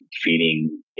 feeding